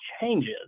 changes